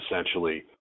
essentially